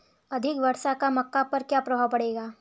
अधिक वर्षा का मक्का पर क्या प्रभाव पड़ेगा?